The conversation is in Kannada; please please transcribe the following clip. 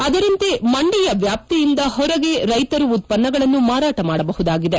ಅದರಂತೆ ಮಂಡಿಯ ವ್ಯಾಪ್ತಿಯಿಂದ ಹೊರಗೆ ರೈತರು ಉತ್ಪನ್ನಗಳನ್ನು ಮಾರಾಟಬಹುದಾಗಿದೆ